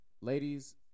ladies